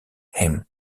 him